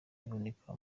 iboneka